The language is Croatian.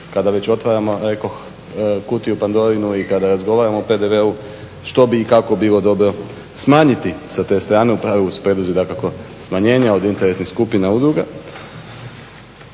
kada već otvaramo rekoh kutiju Pandorinu i kad razgovaramo o PDV-u, što bi i kako bi bilo dobro smanjiti sa te strane u pravilu uz …/Govornik se ne razumije./… dakako smanjenja od interesnih skupina udruga.